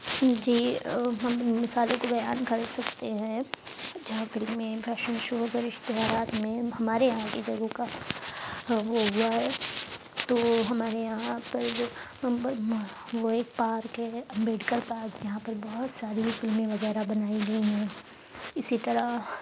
جی ہم ان مثالوں کو بیان کر سکتے ہیں جہاں فلمیں فیشن شوز اور اشتہارات میں ہمارے یہاں کی جگہوں کا وہ ہوا ہے تو ہمارے یہاں پر ہم پر وہ ایک پارک ہے امبیڈکر پارک جہاں پر بہت ساری فلمیں وغیرہ بنائی گئی ہیں اسی طرح